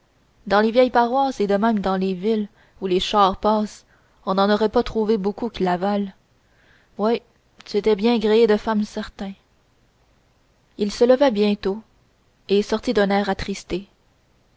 dans les vieilles paroisses et même dans les villes où les chars passent on n'en aurait pas trouvé beaucoup qui la valaient oui tu étais bien gréé de femme certain il se leva bientôt et sortit d'un air attristé